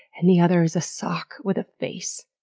and the other is a sock with a face.